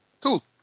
Cool